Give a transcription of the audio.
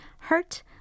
Hurt